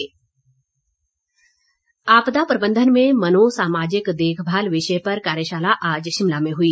कार्यशाला आपदा प्रबंधन में मनोसामाजिक देखभाल विषय पर कार्यशाला आज शिमला में हुई